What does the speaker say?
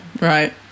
Right